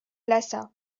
lhassa